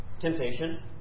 Temptation